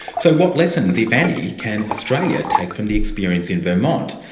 so what lessons, if any, can australia take from the experience in vermont,